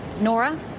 Nora